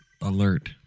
alert